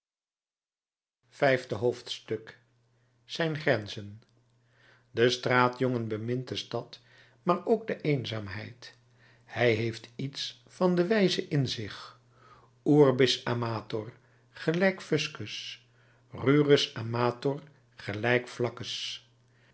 vijfde hoofdstuk zijn grenzen de straatjongen bemint de stad maar ook de eenzaamheid hij heeft iets van den wijze in zich urbis amator gelijk fuscus ruris amator gelijk